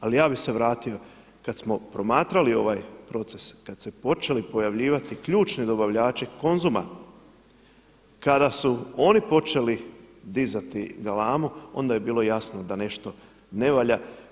Ali ja bih se vratio, kada smo promatrali ovaj proces, kada su se počeli pojavljivati ključni dobavljači Konzuma, kada su oni počeli dizati galamu onda je bilo jasno da nešto ne valja.